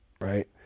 right